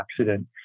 accident